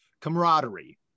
camaraderie